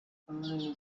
abril